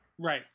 Right